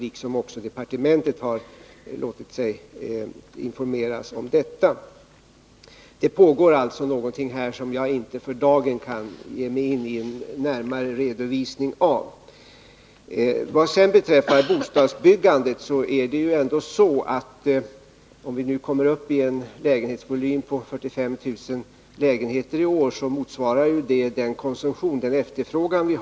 Vad sedan bostadsbyggandet beträffar vill jag säga, att om vi i år kommer upp till en lägenhetsvolym på 45 000 lägenheter, motsvarar detta vår efterfrågan.